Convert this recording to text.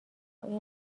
این